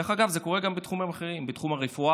דרך אגב, זה קורה גם בתחומים אחרים: בתחום הרפואה,